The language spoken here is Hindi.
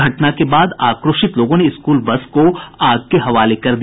घटना के बाद आक्रोशित लोगों ने स्कूल बस को आग के हवाले कर दिया